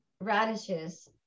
Radishes